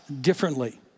differently